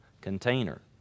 container